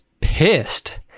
pissed